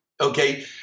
okay